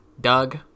doug